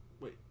Wait